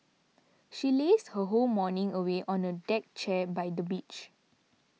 she lazed her whole morning away on a deck chair by the beach